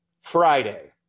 friday